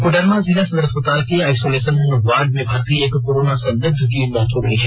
कोडरमा जिला सदर अस्पताल के आइसोलेशन वार्ड में भर्ती एक कोरोना संदिग्ध की मौत हो गई है